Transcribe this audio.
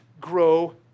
grow